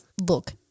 Look